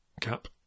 Cap